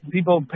People